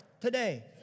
today